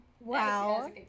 wow